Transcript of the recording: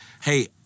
hey